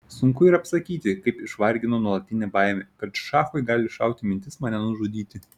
sunku ir apsakyti kaip išvargino nuolatinė baimė kad šachui gali šauti mintis mane nužudyti